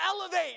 elevate